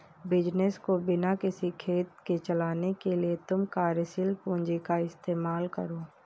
business को बिना किसी खेद के चलाने के लिए तुम कार्यशील पूंजी का इस्तेमाल करो